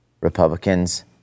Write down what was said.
Republicans